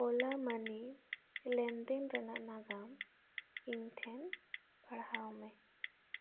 ᱳᱞᱟ ᱢᱟᱹᱱᱤ ᱞᱮᱱᱫᱮᱱ ᱨᱮᱱᱟᱜ ᱱᱟᱜᱟᱢ ᱤᱧᱴᱷᱮᱱ ᱯᱟᱲᱦᱟᱣ ᱢᱮ